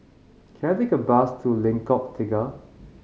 can I take a bus to Lengkok Tiga